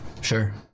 Sure